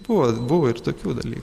buvo buvo ir tokių dalykų